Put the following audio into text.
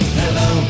hello